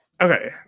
Okay